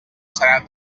serà